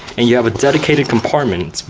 and you have a dedicated compartment.